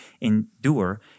endure